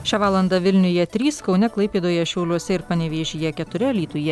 šią valandą vilniuje trys kaune klaipėdoje šiauliuose ir panevėžyje keturi alytuje